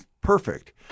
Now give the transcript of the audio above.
perfect